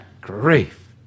grief